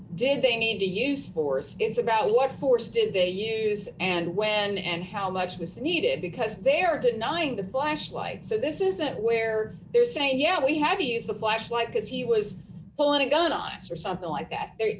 did they need to use force gives about what force did they use and when and how much was needed because they're denying the blast light so ringback this isn't where they're saying yeah we had to use the black light because he was pulling a gun on something like that they're